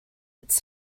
its